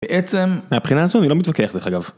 בעצם מהבחינה הזאת אני לא מתווכח דרך אגב.